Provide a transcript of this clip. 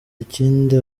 ikindi